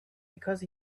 because